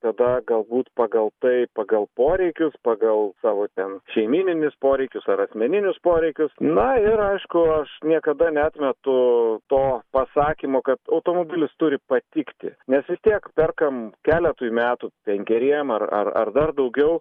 tada galbūt pagal tai pagal poreikius pagal savo ten šeimyninius poreikius ar asmeninius poreikius na ir aišku aš niekada neatmetu to pasakymo kad automobilis turi patikti nes vis tiek perkame keletui metų penkeriems ar ar dar daugiau